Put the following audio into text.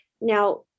Now